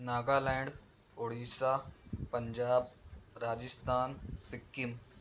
Naga land Orissa Punjab Rajasthan Sikkim